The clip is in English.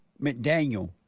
McDaniel